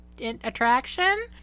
attraction